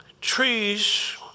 Trees